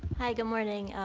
hi, good morning.